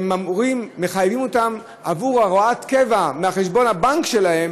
מחייבים אותם עבור הוראת הקבע מחשבון הבנק שלהם